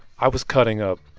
i was cutting up,